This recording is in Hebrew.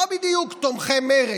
לא בדיוק תומכי מרצ,